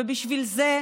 ובשביל זה,